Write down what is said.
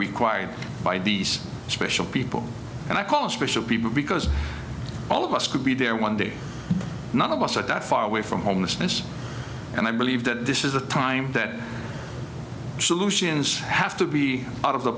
required by these special people and i call a special people because all of us could be there one day none of us are that far away from homelessness and i believe that this is a time that solutions have to be out of the